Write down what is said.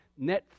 Netflix